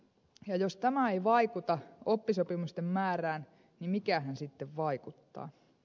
ja jos tämä ei vaikuta oppisopimusten määrään niin mikähän sitten vaikuttaa